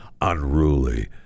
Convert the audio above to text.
unruly